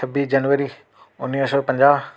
छवीह जनवरी उणिवीह सौ पंजाह